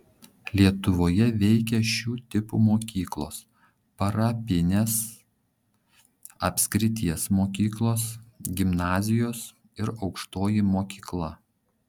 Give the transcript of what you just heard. lietuvoje veikė šių tipų mokyklos parapinės apskrities mokyklos gimnazijos ir aukštoji mokykla